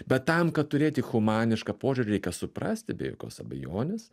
bet tam kad turėti humanišką požiūrį reikia suprasti be jokios abejonės